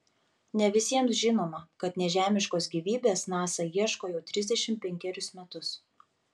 ne visiems žinoma kad nežemiškos gyvybės nasa ieško jau trisdešimt penkerius metus